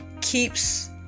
keeps